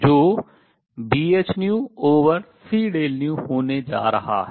जो Bhνc होने जा रहा है